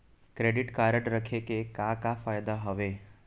Credit card रखे के का का फायदा हवे?